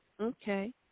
Okay